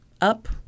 up